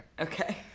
okay